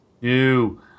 Ew